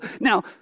Now